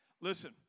Listen